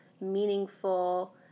meaningful